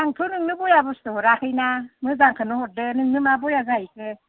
आंथ' नोंनो बया बुस्थु हराखैना मोजांखोनो हरदों नोंनाव मा बया जाहैखो